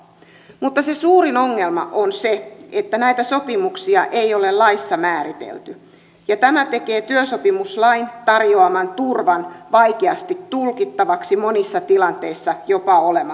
mutta se suurin ongelma on se että näitä sopimuksia ei ole laissa määritelty ja tämä tekee työsopimuslain tarjoaman turvan vaikeasti tulkittavaksi monissa tilanteissa jopa olemattomaksi